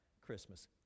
Christmas